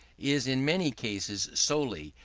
is in many cases solely,